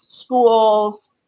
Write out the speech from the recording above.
schools